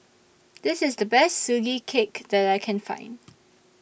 This IS The Best Sugee Cake that I Can Find